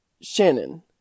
Shannon